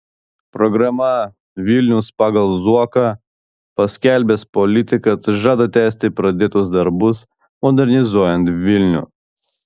programą vilnius pagal zuoką paskelbęs politikas žada tęsti pradėtus darbus modernizuojant vilnių